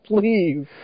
please